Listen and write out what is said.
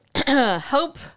Hope